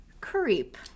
creep